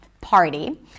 party